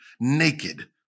naked